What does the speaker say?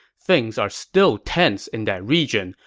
things are still tense in that region,